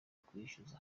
ukwishyira